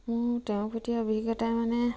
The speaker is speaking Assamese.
মোৰ তেওঁৰ প্ৰতি অভিজ্ঞতাই মানে